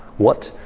what?